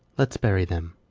let's bury them.